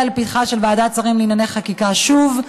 לפתחה של ועדת שרים לענייני חקיקה שוב,